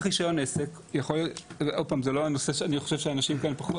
עוד פעם, אני חושב שהאנשים כאן פחות